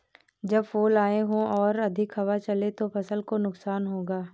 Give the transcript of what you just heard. जब फूल आए हों और अधिक हवा चले तो फसल को नुकसान होगा?